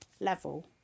level